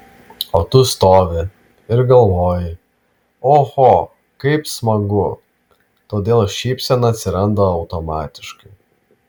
o tu stovi ir galvoji oho kaip smagu todėl šypsena atsiranda automatiškai